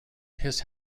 his